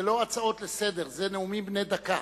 זה לא הצעות לסדר-היום, זה נאומים בני דקה.